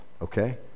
okay